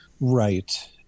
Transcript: right